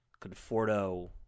Conforto